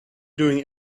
doing